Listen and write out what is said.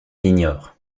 l’ignore